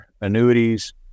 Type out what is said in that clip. annuities